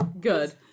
good